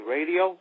Radio